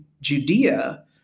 Judea